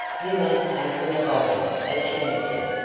you must take them a bottle of chambertin.